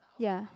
ya